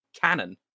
canon